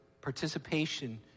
participation